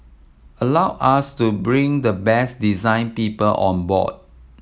allowed us to bring the best design people on board